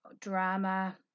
drama